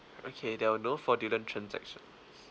okay there were no fraudulent transactions